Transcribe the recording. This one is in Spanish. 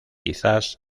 quizás